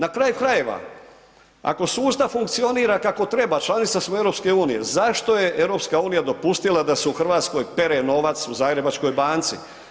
Na kraju krajeva, ako sustav funkcionira kako treba, članica smo EU, zašto je EU dopustila da se u Hrvatskoj pere novac u Zagrebačkoj banci?